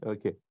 Okay